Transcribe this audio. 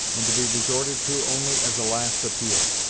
and to be resorted to only as a last appeal.